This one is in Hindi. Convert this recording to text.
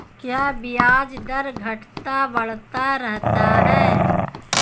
क्या ब्याज दर घटता बढ़ता रहता है?